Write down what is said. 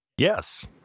Yes